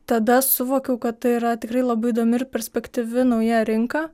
tada suvokiau kad tai yra tikrai labai įdomi ir perspektyvi nauja rinka